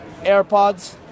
AirPods